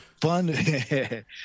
Fun